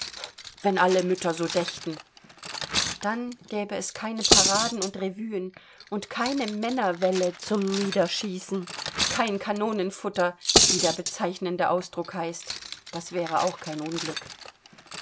wenn alle mütter so dächten dann gäbe es keine paraden und revuen und keine männerwälle zum niederschießen kein kanonenfutter wie der bezeichnende ausdruck heißt das wäre auch kein unglück